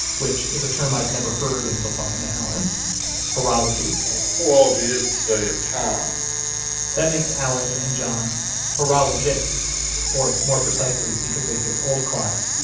which is a term i've never heard until talking to allen horology you know horology is the study of time that makes allen and john horologists or more precisely because they fix old clocks,